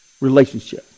relationship